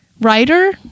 writer